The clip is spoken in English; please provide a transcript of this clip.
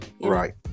right